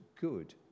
good